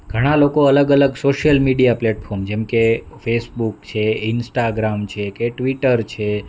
ઘણાં લોકો અલગ અલગ શોશિયલ મીડિયા પ્લેટફોમ જેમકે ફેસબુક છે ઇન્સ્ટાગ્રામ છે કે ટ્વિટર છે